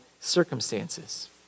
circumstances